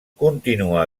continua